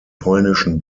polnischen